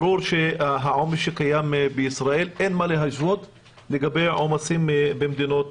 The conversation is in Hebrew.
ברור שאין מה להשוות את העומס הקיים בישראל לעומסים במדינות